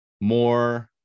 more